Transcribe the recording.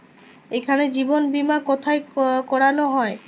এখানে জীবন বীমা কোথায় করানো হয়?